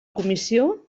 comissió